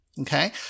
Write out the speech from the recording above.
Okay